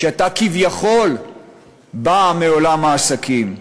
שאתה כביכול בא מעולם העסקים.